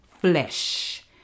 flesh